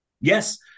Yes